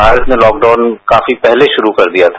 भारत ने तॉकडाउन काफी पहले शुरू कर दिया था